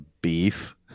beef